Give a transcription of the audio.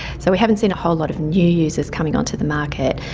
so we haven't seen a whole lot of new users coming onto the market,